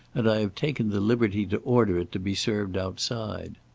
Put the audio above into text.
and i have taken the liberty to order it to be served outside.